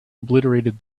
obliterated